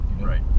Right